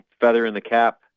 feather-in-the-cap